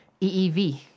EEV